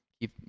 keep